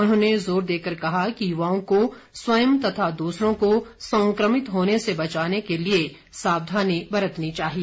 उन्होंने जोर देकर कहा कि युवाओं को स्वयं तथा दूसरों को संक्रमित होने से बचाने के लिए सावधानी बरतनी चाहिए